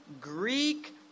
Greek